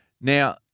Now